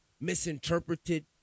misinterpreted